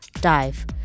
Dive